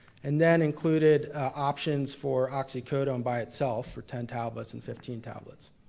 and then included options for oxycodone by itself for ten tablets and fifteen tablets.